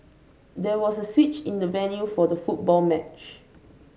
there was a switch in the venue for the football match